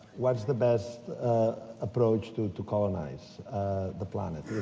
what's the best approach to to colonize the planet?